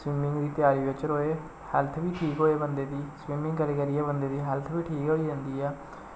swimming दी त्यारी बिच्च र'वै हैल्थ बी ठीक होए बंदे दी स्विमिंग करी करियै हैल्थ बी बंदे दी ठीक होई जंदी ऐ